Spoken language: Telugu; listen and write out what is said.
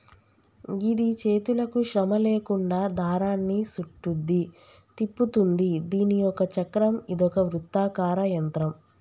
గిది చేతులకు శ్రమ లేకుండా దారాన్ని సుట్టుద్ది, తిప్పుతుంది దీని ఒక చక్రం ఇదొక వృత్తాకార యంత్రం